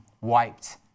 wiped